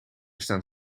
staan